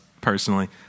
personally